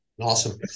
Awesome